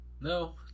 no